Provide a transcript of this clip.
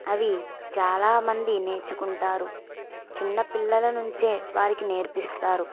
అవి చాలామంది నేర్చుకుంటారు చిన్నపిల్లల నుంచే వారికి నేర్పిస్తారు